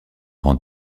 rangs